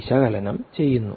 വിശകലനം ചെയ്യുന്നു